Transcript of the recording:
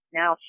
now